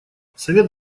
совет